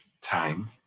time